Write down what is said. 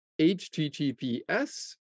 HTTPS